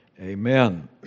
Amen